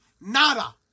Nada